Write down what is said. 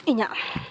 ᱤᱧᱟᱹᱜ